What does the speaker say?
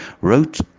wrote